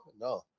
No